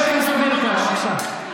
חבר הכנסת אביר קארה, בבקשה.